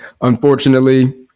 unfortunately